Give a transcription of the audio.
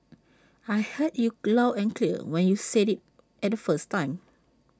I heard you and clear when you said IT at the first time